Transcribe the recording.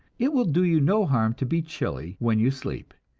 it will do you no harm to be chilly when you sleep,